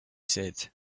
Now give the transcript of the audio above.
said